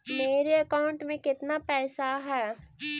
मेरे अकाउंट में केतना पैसा है?